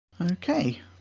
Okay